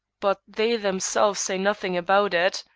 but they themselves say nothing about it.